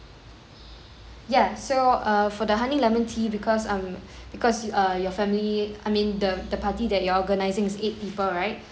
yeah so uh for the honey lemon tea because um because uh your family I mean the the party that you're organising is eight people right